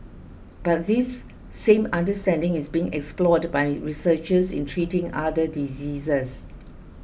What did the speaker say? but this same understanding is being explored by researchers in treating other diseases